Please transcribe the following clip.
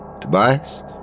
Tobias